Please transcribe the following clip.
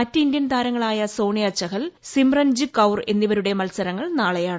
മറ്റ് ഇന്ത്യൻ താരങ്ങളായ സോണിയ ചഹൽ സിമ്രൻജിത്ത് കൌർ എന്നിവരുടെ മത്സരങ്ങൾ നാളെയാണ്